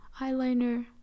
eyeliner